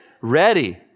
ready